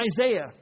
Isaiah